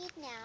now